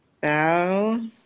bow